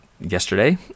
yesterday